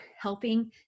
helping